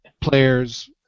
players